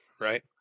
right